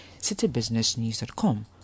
citybusinessnews.com